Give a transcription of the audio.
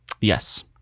Yes